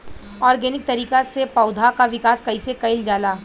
Organic तरीका से पौधा क विकास कइसे कईल जाला?